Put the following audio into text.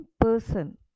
person